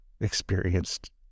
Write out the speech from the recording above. experienced